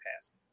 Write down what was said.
past